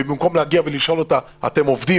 ובמקום להגיע ולשאול אותה: אתם עובדים?